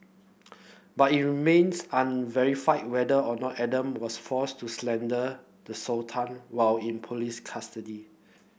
but it remains unverified whether or not Adam was forced to slander the Sultan while in police custody